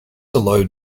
allowed